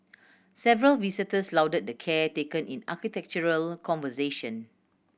several visitors lauded the care taken in architectural conservation